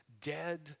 dead